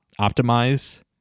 optimize